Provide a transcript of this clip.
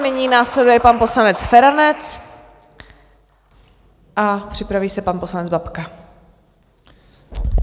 Nyní následuje pan poslanec Feranec a připraví se pan poslanec Babka.